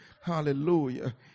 Hallelujah